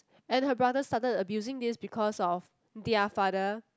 and her brother started abusing this because of their father